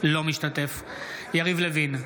אינו משתתף בהצבעה יריב לוין,